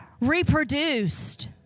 reproduced